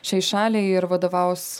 šiai šaliai ir vadovaus